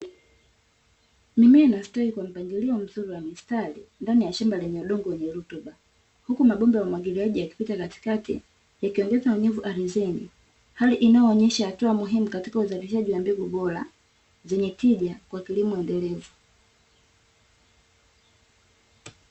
Mimea inastawi kwa mpangilio mzuri wa mistari ndani ya shamba lenye udongo wenye rutuba. Huku mambomba ya umwagiliaji yakipita katikati yakiongeza unyevu ardhini hali inayoonyesha hatua muhimu katika uzalishaji wa mbegu bora, zenye tija kwa kilimo endelevu.